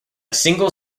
single